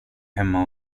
hemma